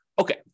Okay